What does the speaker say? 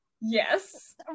Yes